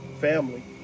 family